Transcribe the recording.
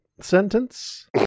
sentence